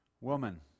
Woman